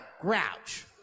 grouch